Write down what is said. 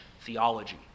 theology